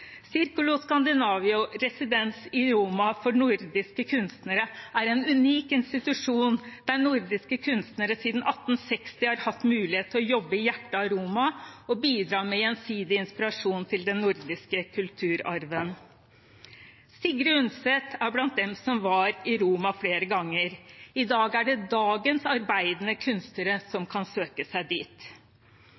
i Roma for nordiske kunstnere er en unik institusjon der nordiske kunstnere siden 1860 har hatt mulighet til å jobbe i hjertet av Roma og bidra med gjensidig inspirasjon til den nordisk kulturarven. Sigrid Undset er blant dem som var i Roma flere ganger, i dag er det dagens arbeidende kunstnere som